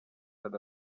that